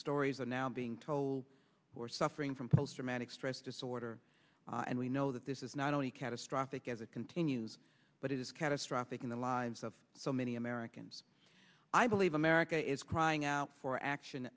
stories are now being told who are suffering from post traumatic stress disorder and we know that this is not only catastrophic as it continues but it is catastrophic in the lives of so many americans i believe america is crying out for action